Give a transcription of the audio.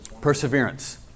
Perseverance